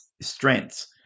strengths